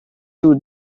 two